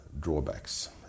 drawbacks